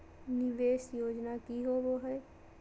निवेस योजना की होवे है?